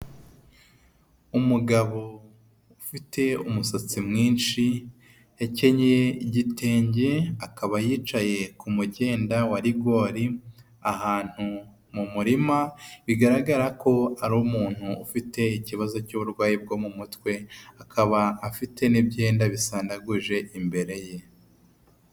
Umugabo ufite umusatsi mwinshi, yakenyeye igitenge akaba yicaye ku mugenda wa rigori ahantu mu murima, bigaragara ko ari umuntu ufite ikibazo cy'uburwayi bwo mu mutwe. Akaba afite n'ibyenda bisananaguje imbere ye.